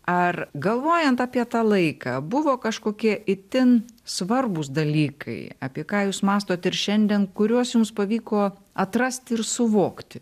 ar galvojant apie tą laiką buvo kažkokie itin svarbūs dalykai apie ką jūs mąstote ir šiandien kuriuos jums pavyko atrasti ir suvokti